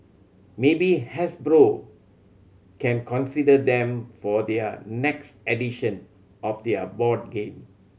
maybe Hasbro can consider them for their next edition of their board game